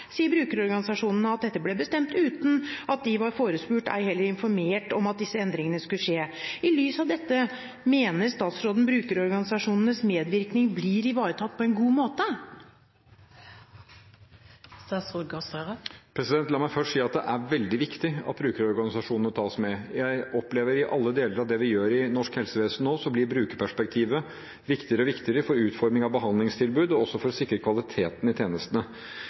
sier brukerorganisasjonene at dette ble bestemt uten at de var forespurt – ei heller var de informert om at disse endringene skulle skje. I lys av dette: Mener statsråden at brukerorganisasjonenes medvirkning blir ivaretatt på en god måte? La meg først si at det er veldig viktig at brukerorganisasjonene tas med. Jeg opplever at i alle deler av det vi gjør i norsk helsevesen, blir brukerperspektivet viktigere og viktigere for utformingen av behandlingstilbud og for å sikre kvaliteten i tjenestene.